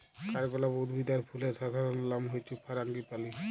কাঠগলাপ উদ্ভিদ আর ফুলের সাধারণলনাম হচ্যে ফারাঙ্গিপালি